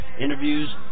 interviews